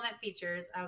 features